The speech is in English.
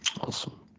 Awesome